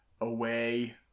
away